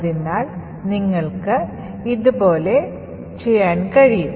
അതിനാൽ നിങ്ങൾക്ക് ഇത് ഇതുപോലെ ചെയ്യാൻ കഴിയും